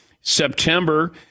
September